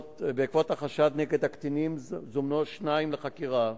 בעקבות החשד נגד הקטינים זומנו השניים לחקירה,